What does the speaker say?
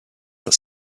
that